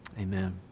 Amen